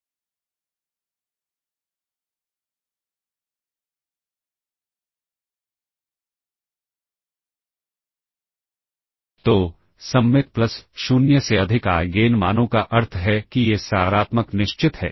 तो सममित प्लस 0 से अधिक आइगेन मानों का अर्थ है कि ए सकारात्मक निश्चित है